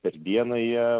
per dieną jie